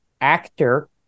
actor